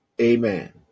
Amen